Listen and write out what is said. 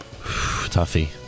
Tuffy